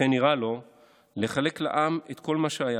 לכן נראה לו/ לחלק לעם את כל מה שהיה